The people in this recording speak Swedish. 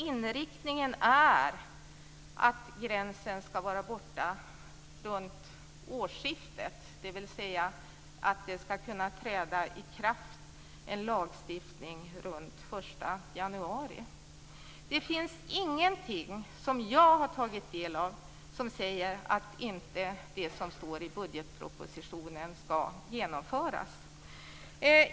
Inriktningen är att gränsen ska vara borta runt årsskiftet, dvs. att en lagstiftning ska kunna träda i kraft runt den 1 januari. Det finns ingenting som jag har tagit del av som säger att det som står i budgetpropositionen inte ska genomföras.